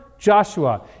Joshua